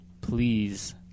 please